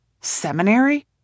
Seminary